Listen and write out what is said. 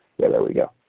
yeah, there we go.